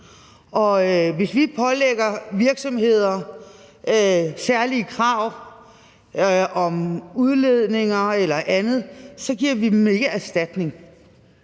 Hvis vi pålægger virksomheder særlige krav om udledninger eller andet, giver vi dem ikke erstatning.